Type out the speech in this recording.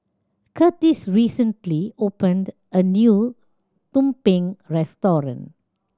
Kurtis recently opened a new tumpeng restaurant